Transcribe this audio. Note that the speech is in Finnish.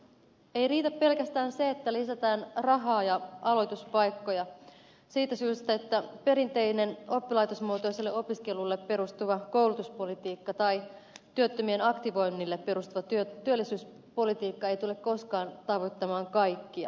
ei riitä pelkästään se että lisätään rahaa ja aloituspaikkoja siitä syystä että perinteinen oppilaitosmuotoiseen opiskeluun perustuva koulutuspolitiikka tai työttömien aktivointiin perustuva työllisyyspolitiikka ei tule koskaan tavoittamaan kaikkia